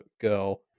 girl